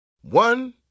One